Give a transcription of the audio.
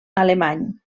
alemany